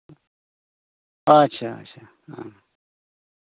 ᱟᱪᱪᱷᱟ ᱟᱪᱪᱷᱟ ᱦᱮᱸ